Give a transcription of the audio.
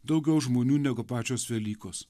daugiau žmonių negu pačios velykos